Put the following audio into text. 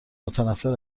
متنفر